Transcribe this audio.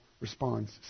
responds